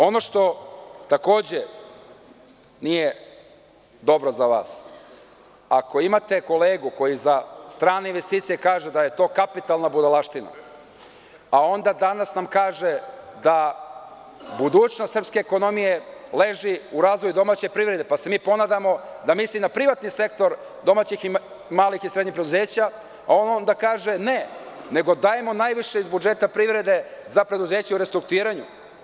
Ono što takođe nije dobro za vas, ako imate kolegu koji za strane investicije kaže da je to kapitalna budalaština, onda danas nam kaže da budućnost srpske ekonomije leži u razvoju domaće privrede, pa se mi ponadamo da misli na privatni sektor domaćih malih i srednjih preduzeća, a on onda kaže – ne, nego dajemo najviše iz budžeta privrede za preduzeća u restrukturiranju.